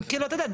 אתה יודע,